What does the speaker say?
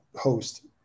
host